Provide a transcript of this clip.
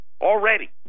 already